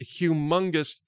humongous